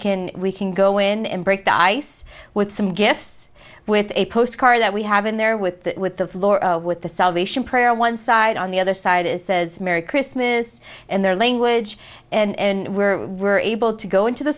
can we can go in and break the ice with some gifts with a postcard that we have in there with that with the floor with the salvation prayer on one side on the other side it says merry christmas and their language and where we were able to go into the